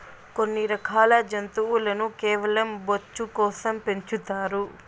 కొన్ని రకాల జంతువులను కేవలం బొచ్చు కోసం పెంచుతారు